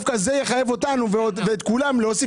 כך אמרתי, שדווקא זה יחייב את כולם להוסיף.